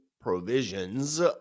provisions